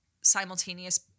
simultaneous